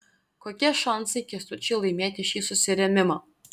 kokie šansai kęstučiui laimėti šį susirėmimą